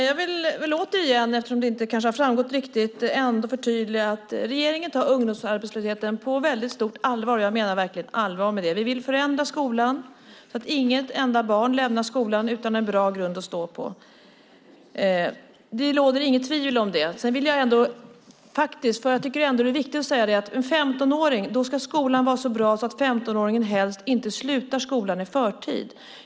Herr talman! Eftersom det kanske inte har framgått riktigt vill jag förtydliga att regeringen tar ungdomsarbetslösheten på väldigt stort allvar, och jag menar verkligen allvar med det. Vi vill förändra skolan så att inget enda barn lämnar skolan utan en bra grund att stå på. Det råder inget tvivel om det. Det är också viktigt att säga att för en 15-åring ska skolan vara så bra att 15-åringen inte slutar skolan i förtid.